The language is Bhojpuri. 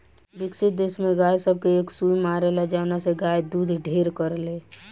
विकसित देश में गाय सब के एक सुई मारेला जवना से गाय दूध ढेर करले